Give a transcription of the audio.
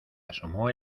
asomó